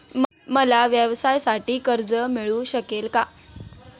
मला व्यवसायासाठी कर्ज मिळू शकेल का?